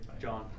John